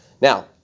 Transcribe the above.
Now